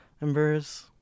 members